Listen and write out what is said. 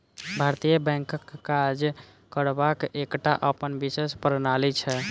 भारतीय बैंकक काज करबाक एकटा अपन विशेष प्रणाली छै